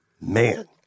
Man